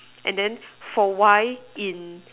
and then for Y in